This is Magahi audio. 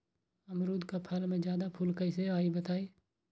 अमरुद क फल म जादा फूल कईसे आई बताई?